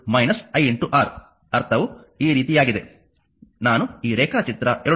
ಅರ್ಥವು ಈ ರೀತಿಯಾಗಿದೆ ನಾನು ಈ ರೇಖಾಚಿತ್ರ 2